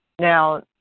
Now